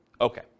Okay